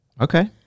okay